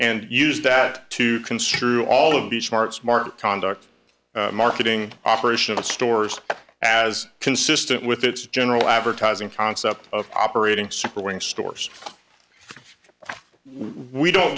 and used that to construe all of these smart smart conduct marketing operation of stores as consistent with its general advertising concept of operating simpering stores we don't